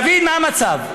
דוד, מה המצב?